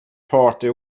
party